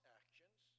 actions